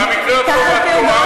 אני אומר לך שבמקרה הטוב את טועה.